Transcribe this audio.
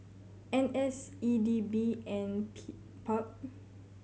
N S E D B and P PUB